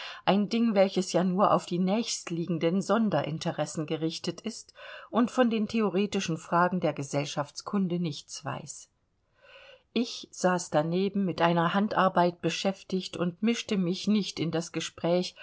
ein ding welches ja nur auf die nächstliegenden sonderinteressen gerichtet ist und von den theoretischen fragen der gesellschaftskunde nichts weiß ich saß daneben mit einer handarbeit beschäftigt und mischte mich nicht in das gespräch